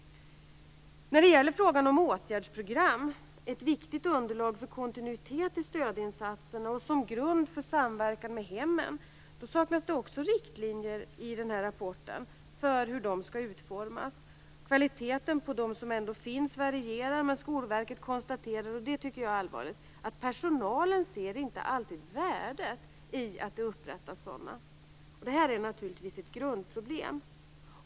När det gäller frågan om åtgärdsprogram, som är ett viktigt underlag för kontinuitet i stödinsatserna och som grund för samverkan med hemmen saknas det också riktlinjer i rapporten för hur de skall utformas. Kvaliteten på dem som ändå finns varierar, men Skolverket konstaterar - och det är allvarligt - att personalen inte alltid ser värdet i att det upprättas sådana. Det är naturligtvis ett grundproblem.